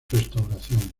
restauración